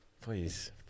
Please